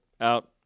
Out